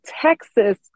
Texas